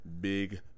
big